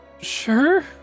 Sure